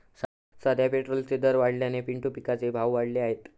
सध्या पेट्रोलचे दर वाढल्याने पिंटू पिकाचे भाव वाढले आहेत